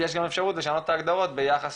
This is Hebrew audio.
יש גם אפשרות לשנות את ההגדרות ביחס